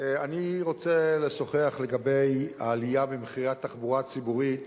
אני רוצה לשוחח על העלייה במחירי התחבורה הציבורית